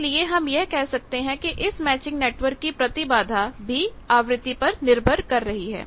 इसलिए हम यह कह सकते हैं कि इस मैचिंग नेटवर्क की प्रतिबाधा भी आवृत्ति पर निर्भर करती है